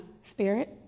spirit